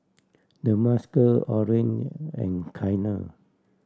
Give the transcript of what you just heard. Demarcus Orren and Kiana